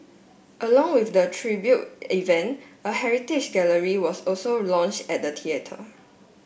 along with the tribute event a heritage gallery was also launch at the theatre